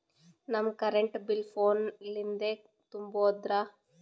ನಮ್ current bill ಫೋನ ಲಿಂದೇ ತುಂಬೌದ್ರಾ?